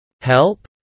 Help